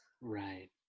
right